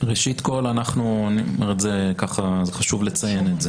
חשוב לי לומר,